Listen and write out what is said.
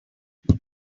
there